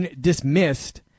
dismissed